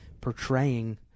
portraying